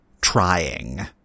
trying